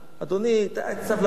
אדוני, סבלנות.